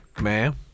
Man